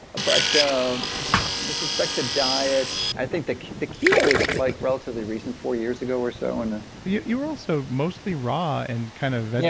but with respect to diet. i think the keto was like relatively recent, four years ago or so and you you were also mostly raw and kind of veg,